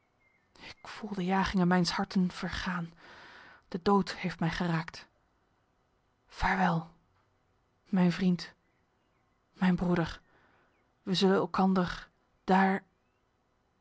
ik voel de jagingen mijns harten vergaan de dood heeft mij geraakt vaarwel mijn vriend mijn broeder wij zullen elkander daar